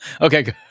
okay